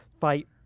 fight